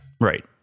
right